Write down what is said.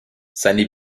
seine